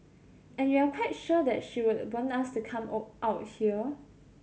and we're quite sure that she would want us to come out here